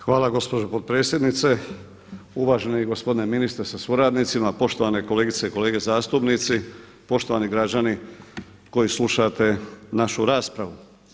Hvala gospođo potpredsjednice, uvaženi gospodine ministre sa suradnicima, poštovane kolegice i kolege zastupnici, poštovani građani koji slušate našu raspravu.